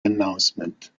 announcement